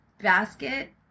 basket